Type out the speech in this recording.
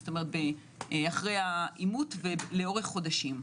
כלומר אחרי אימות ולאורך חודשים,